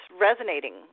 resonating